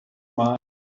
mind